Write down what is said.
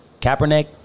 Kaepernick